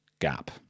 Gap